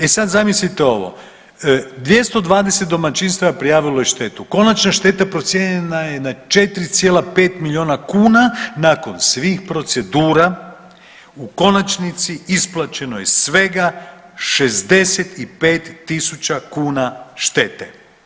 E sad zamislite ovo, 220 domaćinstava prijavilo je štetu, konačna šteta procijenjena je na 4,5 milijuna kuna ,nakon svih procedura u konačnici isplaćeno je svega 65.000 kuna štete.